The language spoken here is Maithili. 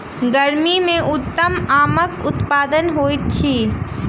गर्मी मे उत्तम आमक उत्पादन होइत अछि